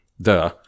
duh